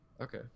Okay